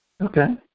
Okay